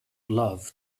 love